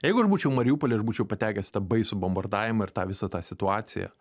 jeigu aš būčiau mariupoly aš būčiau patekęs į tą baisų bombardavimą ir tą visą tą situaciją